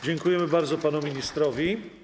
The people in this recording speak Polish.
Dziękujemy bardzo panu ministrowi.